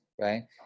right